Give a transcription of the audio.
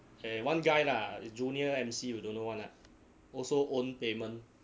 eh one guy lah junior emcee you don't know [one] lah also own payment